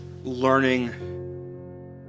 learning